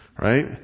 right